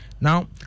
Now